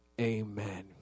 amen